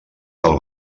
del